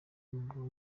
w’amaguru